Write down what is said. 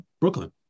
Brooklyn